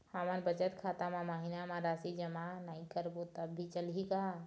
हमन बचत खाता मा महीना मा राशि जमा नई करबो तब भी चलही का?